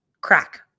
crack